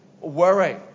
worry